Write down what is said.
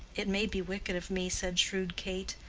it may be wicked of me, said shrewd kate,